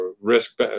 risk